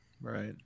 Right